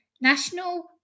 National